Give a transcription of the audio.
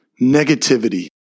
negativity